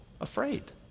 afraid